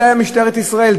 זו משטרת ישראל.